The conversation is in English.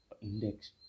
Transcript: index